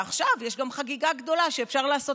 ועכשיו יש גם חגיגה גדולה ואפשר לעשות